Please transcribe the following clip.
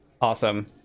Awesome